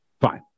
Fine